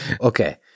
Okay